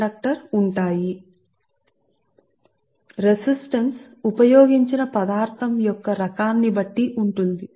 కాబట్టి ఈ విషయాలన్నీ మీ ప్రతిఘటన మీ కోర్సు పై ఆధారపడి ఉంటుంది ఇది ఉపయోగించిన పదార్థం యొక్క రకాన్ని బట్టి ఉంటుంది